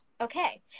okay